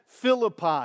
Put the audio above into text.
Philippi